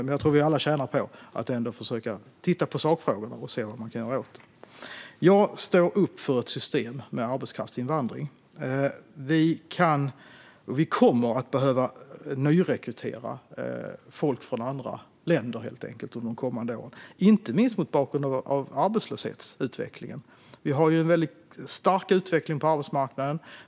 Men jag tror att vi alla tjänar på att titta på sakfrågorna och se vad vi kan göra. Jag står upp för ett system med arbetskraftsinvandring. Vi kommer helt enkelt att behöva nyrekrytera folk från andra länder under de kommande åren, inte minst mot bakgrund av utvecklingen mot minskad arbetslöshet. Vi har en väldigt stark utveckling på arbetsmarknaden.